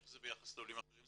איך זה ביחס לעולים אחרים?